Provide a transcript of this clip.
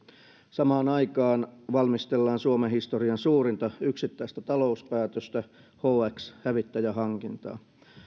samaan aikaan valmistellaan suomen historian suurinta yksittäistä talouspäätöstä hx hävittäjähankintaa